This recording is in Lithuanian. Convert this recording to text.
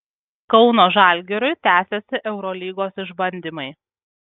kauno žalgiriui tęsiasi eurolygos išbandymai